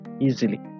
easily